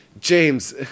James